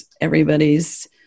everybody's